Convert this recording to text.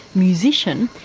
musician,